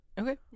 Okay